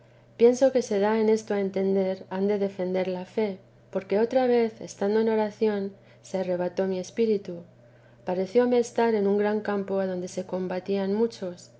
pienso que se da en esto a entender han de defender la fe porque otra vez estando en oración se arrebató mi espíritu parecióme estar en un gran campo adonde se combatían muchos